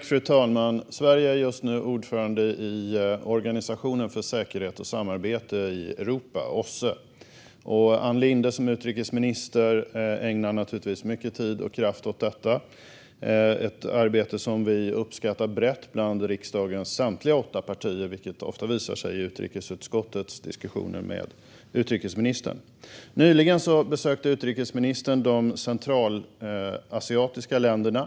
Fru talman! Sverige är just nu ordförande i Organisationen för säkerhet och samarbete i Europa, OSSE. Ann Linde ägnar som utrikesminister naturligtvis mycket tid och kraft åt detta. Det är ett arbete som brett uppskattas bland riksdagens samtliga åtta partier, vilket ofta visar sig i utrikesutskottets diskussioner med utrikesministern. Nyligen besökte utrikesministern de centralasiatiska länderna.